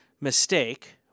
Mistake